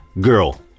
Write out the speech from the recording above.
girl